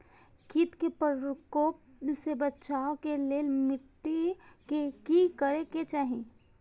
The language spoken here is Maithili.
किट के प्रकोप से बचाव के लेल मिटी के कि करे के चाही?